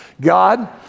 God